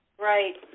Right